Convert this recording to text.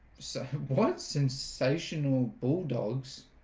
so what sensational bulldogs